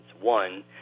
One